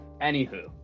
Anywho